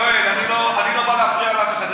יואל, אני לא בא להפריע לאף אחד.